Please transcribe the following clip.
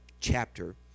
chapter